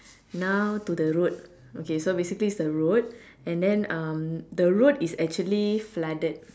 now to the road okay so basically is the road and then um the road is actually flooded